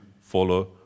follow